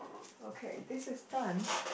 okay this is done